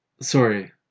Sorry